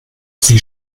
sie